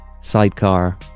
Sidecar